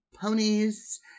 ponies